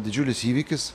didžiulis įvykis